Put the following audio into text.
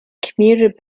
commuted